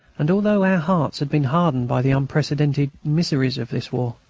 and although our hearts had been hardened by the unprecedented miseries of this war,